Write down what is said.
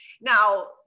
now